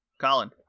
Colin